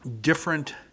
different